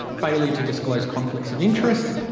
failure to disclose conflicts of interest,